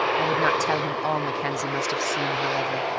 i would not tell him all mackenzie must have seen, however.